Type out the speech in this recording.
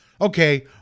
Okay